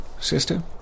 sister